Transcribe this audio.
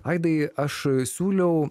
aidai aš siūliau